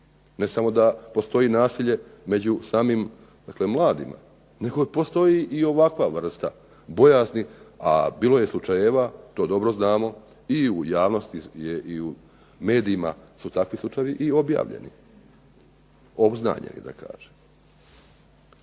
Ne samo da postoji nasilje među samim mladima, nego postoji i ovakva vrsta bojazni. A bilo je slučajeva, to dobro znamo i u javnosti i u medijima su takvi slučajevi obznanjeni. Dakle,